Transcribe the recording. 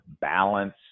balance